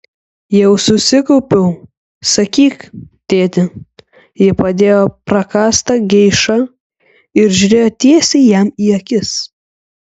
jau susikaupiau sakyk tėti ji padėjo prakąstą geišą ir žiūrėjo tiesiai jam į akis